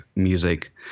Music